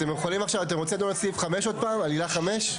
אתם רוצים לדון על סעיף 5 עוד פעם, על עילה 5?